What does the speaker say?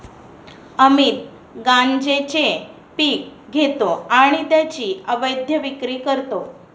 अमित गांजेचे पीक घेतो आणि त्याची अवैध विक्री करतो